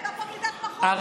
היא הייתה פרקליטת מחוז.